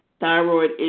thyroid